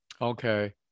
Okay